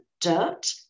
dirt